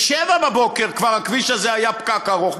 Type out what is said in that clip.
ב-07:00 היה כבר הכביש הזה פקק ארוך.